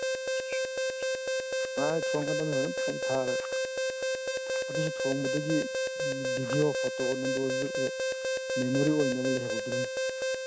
ꯃꯥꯅꯦ ꯊꯣꯡꯒꯗꯝꯅꯦ ꯃꯩ ꯐꯖꯅ ꯊꯥꯔꯒ ꯑꯗꯨꯁꯨ ꯊꯣꯡꯕꯗꯨꯒꯤ ꯑꯧꯤꯗꯤꯌꯣ ꯐꯣꯇꯣ ꯅꯨꯡꯗꯣꯁꯨ ꯃꯦꯃꯣꯔꯤ ꯑꯣꯏꯅꯕ ꯂꯩꯍꯧꯗꯣꯔꯤꯝꯅꯤ